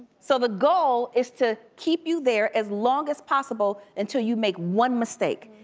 so the goal is to keep you there as long as possible until you make one mistake.